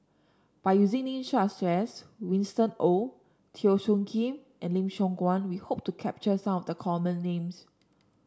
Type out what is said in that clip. by using names such as Winston Oh Teo Soon Kim and Lim Siong Guan we hope to capture some of the common names